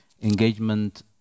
engagement